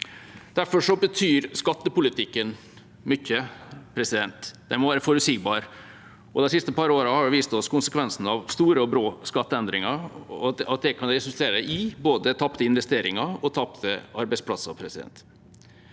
Derfor betyr skattepolitikken mye. Den må være forutsigbar, og de siste par årene har vel vist oss konsekvensene av store og brå skatteendringer: at det kan resultere i både tapte investeringer og tapte arbeidsplasser. Så er det